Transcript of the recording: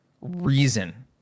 reason